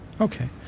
Okay